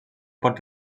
pot